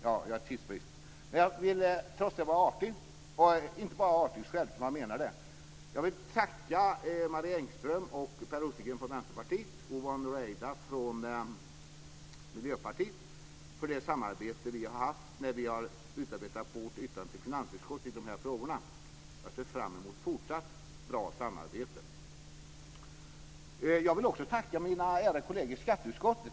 Jag har tidsbrist, men jag vill trots det vara artig - men självklart menar jag vad jag säger - Vänsterpartiet och Yvonne Ruwaida från Miljöpartiet för det samarbete som vi har haft när vi har utarbetat vårt yttrande till finansutskottet i dessa frågor. Jag ser fram emot ett fortsatt bra samarbete. Jag vill också tacka mina ärade kolleger i skatteutskottet.